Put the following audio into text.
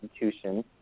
institutions